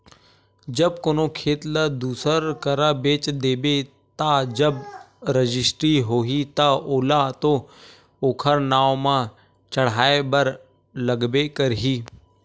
जब कोनो खेत ल दूसर करा बेच देबे ता जब रजिस्टी होही ता ओला तो ओखर नांव म चड़हाय बर लगबे करही